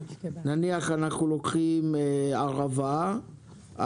נניח אנחנו לוקחים ערבה,